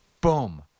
Boom